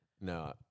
No